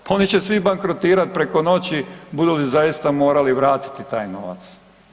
Pa oni će svi bankrotirat preko noći budu li zaista morali vratiti taj novac.